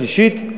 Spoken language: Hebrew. שלישית.